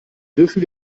dürfen